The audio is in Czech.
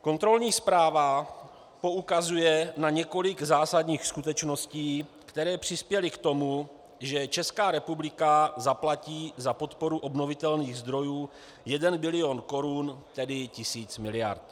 Kontrolní zpráva poukazuje na několik zásadních skutečností, které přispěly k tomu, že Česká republika zaplatí za podporu obnovitelných zdrojů 1 bilion korun, tedy tisíc miliard.